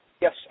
Yes